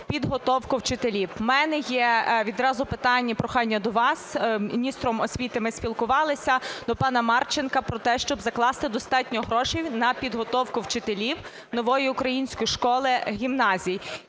підготовку вчителів. У мене є відразу питання і прохання до вас, з міністром освіти ми спілкувалися, до пана Марченка, про те, щоб закласти достатньо грошей на підготовку вчителів "Нової української школи" гімназій.